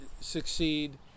succeed